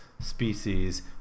species